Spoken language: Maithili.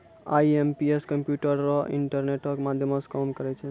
आई.एम.पी.एस कम्प्यूटरो, इंटरनेटो के माध्यमो से काम करै छै